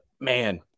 man